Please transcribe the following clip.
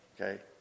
okay